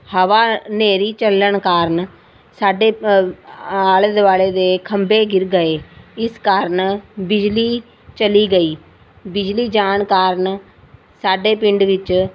ਹਵਾ ਹਨੇਰੀ ਚੱਲਣ ਕਾਰਨ ਸਾਡੇ ਆਲ਼ੇ ਦੁਆਲ਼ੇ ਦੇ ਖੰਭੇ ਗਿਰ ਗਏ ਇਸ ਕਾਰਨ ਬਿਜਲੀ ਚਲੀ ਗਈ ਬਿਜਲੀ ਜਾਣ ਕਾਰਨ ਸਾਡੇ ਪਿੰਡ ਵਿੱਚ